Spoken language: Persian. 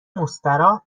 مستراح